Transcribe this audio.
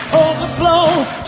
overflow